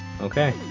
Okay